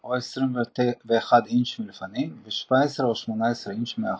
או 21 אינץ' מלפנים ו-17 או 18 אינץ' מאחור.